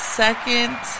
second